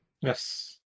Yes